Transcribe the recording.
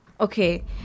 Okay